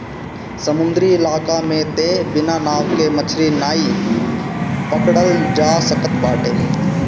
समुंदरी इलाका में तअ बिना नाव के मछरी नाइ पकड़ल जा सकत बाटे